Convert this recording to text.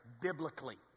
biblically